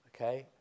Okay